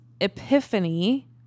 epiphany